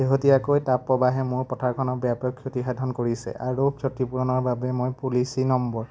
শেহতীয়াকৈ তাপপ্ৰবাহে মোৰ পথাৰখনৰ ব্যাপক ক্ষতিসাধন কৰিছে আৰু ক্ষতিপূৰণৰ বাবে মই পলিচী নম্বৰ